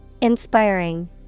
Inspiring